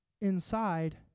inside